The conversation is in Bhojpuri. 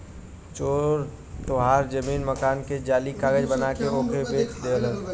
चोर तोहार जमीन मकान के जाली कागज बना के ओके बेच देलन